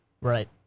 Right